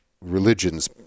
religion's